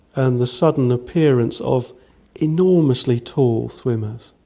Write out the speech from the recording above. and the sudden appearance of enormously tall swimmers.